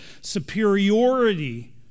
superiority